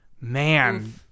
Man